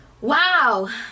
Wow